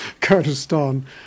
Kurdistan